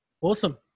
Awesome